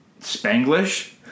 Spanglish